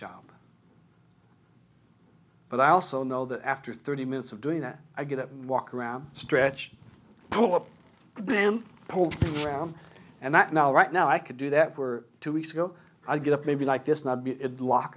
job but i also know that after thirty minutes of doing that i get up and walk around stretch pull up them pull around and that now right now i could do that were two weeks ago i get up maybe like this not